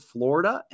Florida